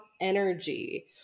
energy